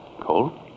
Cold